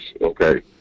okay